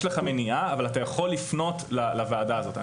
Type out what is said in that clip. יש לך מניעה אבל אתה יכול לפנות לוועדה הזאת.